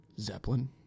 Zeppelin